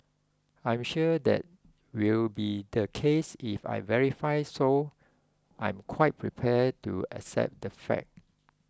I'm sure that will be the case if I verify so I'm quite prepared to accept that fact